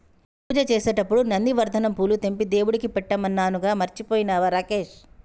పూజ చేసేటప్పుడు నందివర్ధనం పూలు తెంపి దేవుడికి పెట్టమన్నానుగా మర్చిపోయినవా రాకేష్